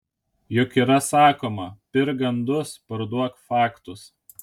juk yra sakoma pirk gandus parduok faktus